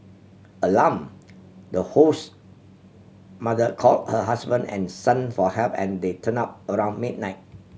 alarm the host mother call her husband and son for help and they turn up around midnight